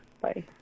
Bye